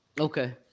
Okay